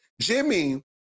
Jimmy